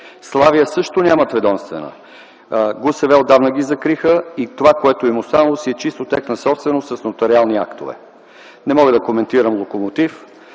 „Славия” също нямат ведомствена. ГУСВ отдавна го закриха и това, което му е останало, си е чисто негова собственост с нотариални актове. Не мога да коментирам „Локомотив”,